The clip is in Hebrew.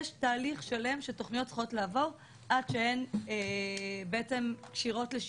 יש תהליך שלם שתוכניות צריכות לעבור עד שהן כשירות לשיווק.